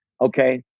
Okay